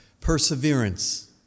perseverance